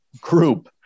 group